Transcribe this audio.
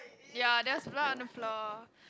ya there's blood on the floor